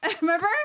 Remember